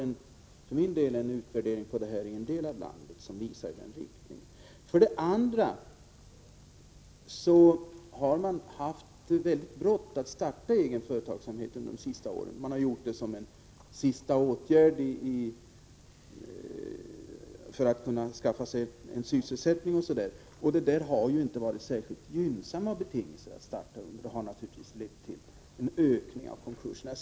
Jag har tagit del av en utvärdering av detta som gäller en del av landet, och den visar i denna riktning. Vidare har man haft väldigt brått att starta egen företagsamhet under de senaste åren — man har gjort det som en sista åtgärd för att kunna skaffa sig sysselsättning etc. Det där har ju inte varit särskilt gynnsamma betingelser att starta under, och det har naturligtvis lett till en ökning av antalet konkurser.